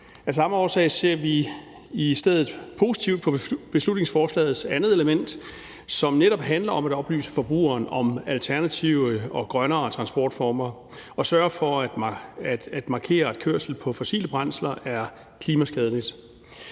Af samme årsag ser vi i stedet positivt på beslutningsforslagets andet element, som netop handler om at oplyse forbrugeren om alternative og grønnere transportformer og at markere, at kørsel på fossile brændsler er klimaskadeligt.